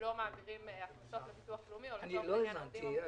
שלא מעבירים לביטוח לאומי או לצורך העניין עובדים ---,